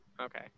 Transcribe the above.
Okay